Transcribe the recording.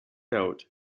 out